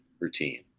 routine